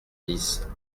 dix